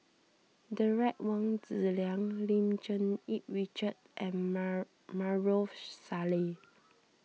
Derek Wong Zi Liang Lim Cherng Yih Richard and Maarof Salleh